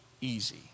easy